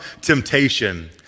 temptation